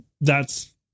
thats